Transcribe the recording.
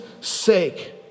sake